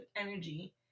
energy